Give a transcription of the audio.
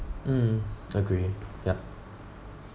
mm agree yup